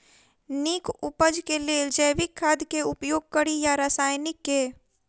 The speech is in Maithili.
नीक उपज केँ लेल जैविक खाद केँ उपयोग कड़ी या रासायनिक केँ?